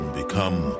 become